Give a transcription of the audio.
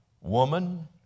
Woman